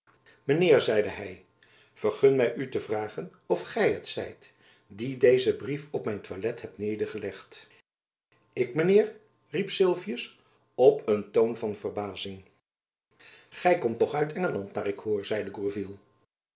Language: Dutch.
zeide hy vergun my u te vragen of gy het zijt die dezen brief op mijn toilet hebt nedergelegd ik mijn heer riep sylvius op een toon van verbazing gy komt toch uit engeland naar ik hoor